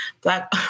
Black